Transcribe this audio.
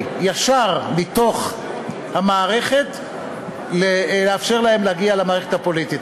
ישר מתוך המערכת לאפשר להם להגיע למערכת הפוליטית.